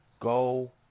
Go